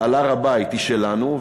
על הר-הבית היא שלנו,